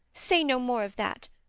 say no more of that.